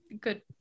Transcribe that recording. good